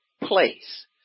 place